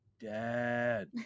Dad